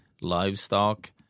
livestock